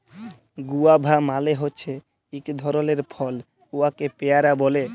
guava মালে হছে ইক ধরলের ফল উয়াকে পেয়ারা ব্যলে